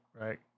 right